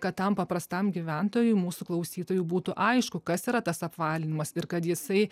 kad tam paprastam gyventojui mūsų klausytojui būtų aišku kas yra tas apvalinimas ir kad jisai